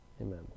amen